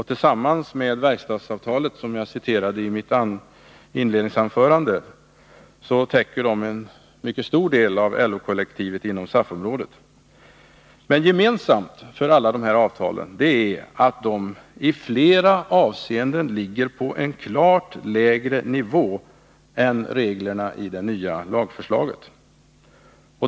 Tillsammans med verkstadsavtalet, som jag citerade ur i mitt inledningsanförande, täcker de en mycket stor del av LO-kollektivet inom SAF-området. Men gemensamt för reglerna i alla dessa avtal är att de i flera avseenden ligger på en klart lägre nivå än reglerna i det nya lagförslaget.